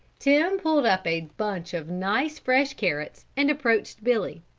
tim pulled up a bunch of nice, fresh carrots and approached billy.